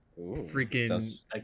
freaking